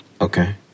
Okay